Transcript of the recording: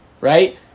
right